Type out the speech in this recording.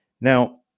Now